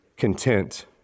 content